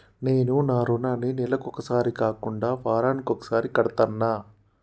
నేను నా రుణాన్ని నెలకొకసారి కాకుండా వారానికోసారి కడ్తన్నా